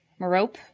Marope